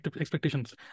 expectations